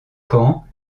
caen